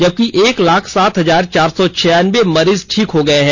जबकि एक लाख सात हजार चार सौ छियानबे मरीज ठीक हो गए हैं